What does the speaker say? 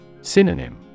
Synonym